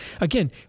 Again